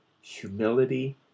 humility